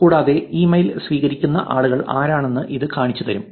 കൂടാതെ ഇമെയിൽ സ്വീകരിക്കുന്ന ആളുകൾ ആരാണെന്ന് ഇത് കാണിച്ചുതരും